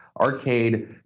arcade